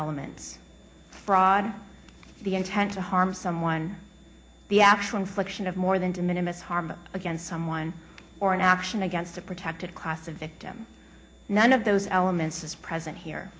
elements fraud the intent to harm someone the actual infliction of more than to minimize harm against someone or an action against a protected class a victim none of those elements is present here